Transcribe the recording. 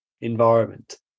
environment